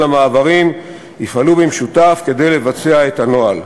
המעברים יפעלו במשותף כדי לבצע את הנוהל".